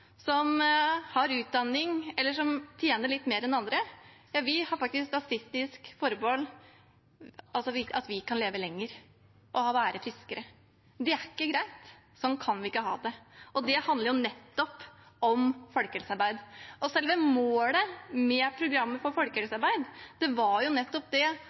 som har utdanning eller tjener litt mer enn andre, kan statistisk leve lenger og være friskere. Det er ikke greit. Sånn kan vi ikke ha det, og det handler jo nettopp om folkehelsearbeid. Selve målet med programmet for folkehelsearbeid er jo nettopp